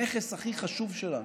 הנכס הכי חשוב שלנו